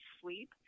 sleep